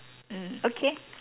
mm okay